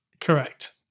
Correct